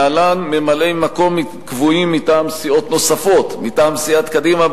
להלן ממלאי-מקום קבועים מטעם סיעות נוספות: מטעם סיעת קדימה,